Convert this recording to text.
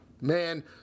Man